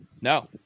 No